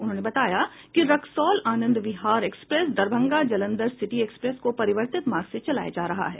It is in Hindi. उन्होंने बताया कि Raxaul Anand Vihar express Darbhanga Jalandhar city express को परिवर्तित मार्ग से चलाया जा रहा है